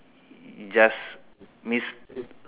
just miss